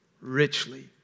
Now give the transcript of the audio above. richly